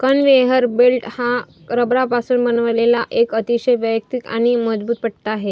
conveyor belt हा रबरापासून बनवलेला एक अतिशय वैयक्तिक आणि मजबूत पट्टा आहे